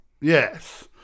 Yes